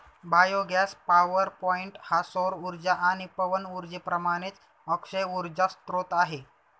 biogas power point हा सौर उर्जा आणि पवन उर्जेप्रमाणेच अक्षय उर्जा स्त्रोत आहे